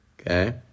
okay